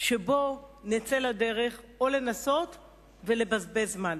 שבו נצא לדרך, או לנסות ולבזבז זמן.